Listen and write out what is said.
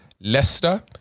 Leicester